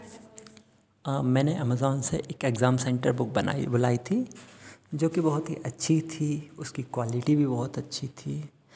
हाँ मैंने एमेजाॅन से एक एग्जाम सेन्टर बुक बनाई बुलाई थी जोकि अच्छे थी उसकी क्वालिटी भी बहुत अच्छी थी